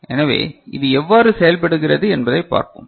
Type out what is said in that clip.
எனவே இது எவ்வாறு செயல்படுகிறது என்பதைப் பார்ப்போம்